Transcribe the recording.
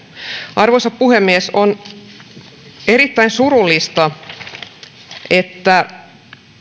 arvoisa puhemies on erittäin surullista että